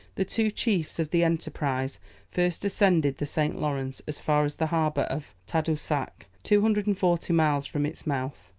the two chiefs of the enterprise first ascended the st. lawrence, as far as the harbour of tadoussac, two hundred and forty miles from its mouth.